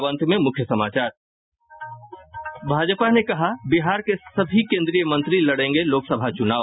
और अब अंत में मुख्य समाचार भाजपा ने कहा बिहार के सभी कंद्रीय मंत्री लड़ेंगे लोकसभा चुनाव